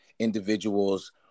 individuals